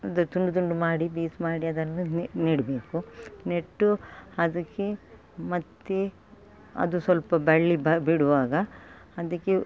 ಅದು ತುಂಡು ತುಂಡು ಮಾಡಿ ಪೀಸ್ ಮಾಡಿ ಅದನ್ನು ನೆಡಬೇಕು ನೆಟ್ಟು ಅದಕ್ಕೆ ಮತ್ತೆ ಅದು ಸ್ವಲ್ಪ ಬಳ್ಳಿ ಬ ಬಿಡುವಾಗ ಅದಕ್ಕೆ